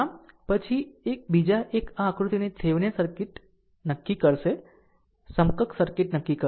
આમ પછી બીજા એક આ આકૃતિની થેવેનિન સમકક્ષ સર્કિટ નક્કી કરશે